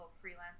freelance